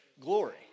glory